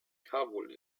kabul